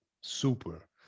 Super